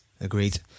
Agreed